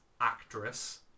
actress